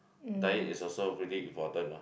but it is also very important lah